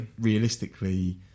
realistically